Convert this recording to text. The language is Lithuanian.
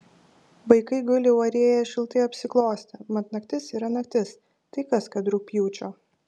vaikai guli uorėje šiltai apsiklostę mat naktis yra naktis tai kas kad rugpjūčio